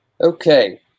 okay